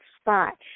spot